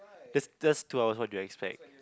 just just two hours what do you expect